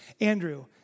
Andrew